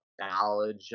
Knowledge